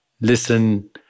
listen